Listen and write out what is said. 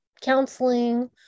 counseling